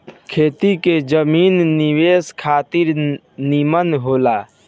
खेती के जमीन निवेश खातिर निमन होला